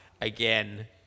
again